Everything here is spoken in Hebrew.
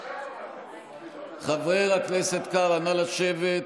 חבר הכנסת אביר קארה, נא לשבת.